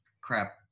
crap